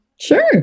Sure